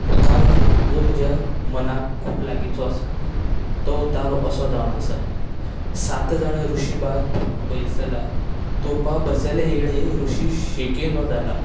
उतारो आसा जो म्हज्या मनाक खूब लागीचो आसा तो उतारो असो जावन आसा सात जाणां रुशी बा तोपा बैसला तोपा बसले येळे रुशी शिकेनो जाला